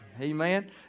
Amen